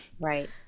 Right